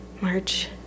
March